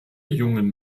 jungen